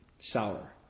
sour